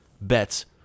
bets